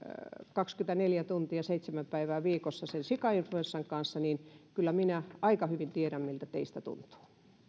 kaksikymmentäneljä tuntia ja seitsemän päivää viikossa sen sikainfluenssan kanssa niin kyllä minä aika hyvin tiedän miltä teistä tuntuu haluaako